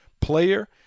player